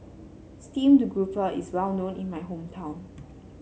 Steamed Grouper is well known in my hometown